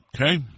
Okay